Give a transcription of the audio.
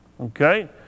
Okay